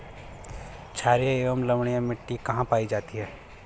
छारीय एवं लवणीय मिट्टी कहां कहां पायी जाती है?